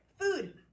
food